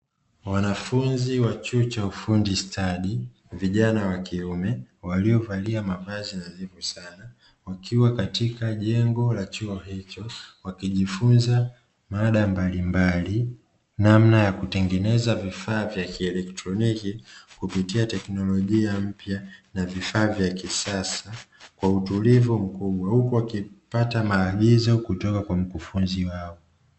Wanafunzi wa chuo cha ufundi stadi, vijana wa kiume waliovalia mavazi nadhifu sana, wakiwa katika jengo la chuo wakijifunza namna mbalimbali namna ya kutengeneza vifaa vya kielektroniki kupitia teknolojia mpya na vifaa vya kisasa kwa utulivu mkubwa, huku wakipata maagizo kutoka kwa mkufunzi wao.